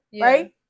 right